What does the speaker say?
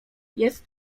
jest